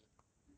must be me